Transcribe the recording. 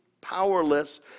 powerless